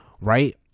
right